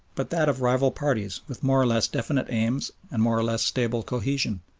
but that of rival parties with more or less definite aims and more or less stable cohesion.